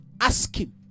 asking